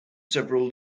several